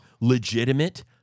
legitimate